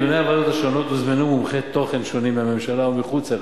לדיוני הוועדות השונות הוזמנו מומחי תוכן שונים מהממשלה ומחוץ לה.